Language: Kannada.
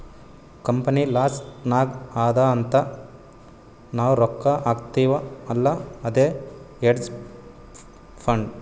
ಕಂಪನಿ ಲಾಸ್ ನಾಗ್ ಅದಾ ಅಂತ್ ನಾವ್ ರೊಕ್ಕಾ ಹಾಕ್ತಿವ್ ಅಲ್ಲಾ ಅದೇ ಹೇಡ್ಜ್ ಫಂಡ್